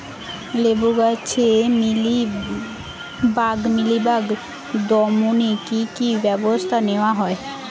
লেবু গাছে মিলিবাগ দমনে কী কী ব্যবস্থা নেওয়া হয়?